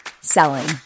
selling